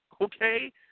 okay